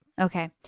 Okay